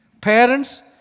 Parents